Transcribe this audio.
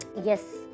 Yes